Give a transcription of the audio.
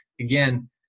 Again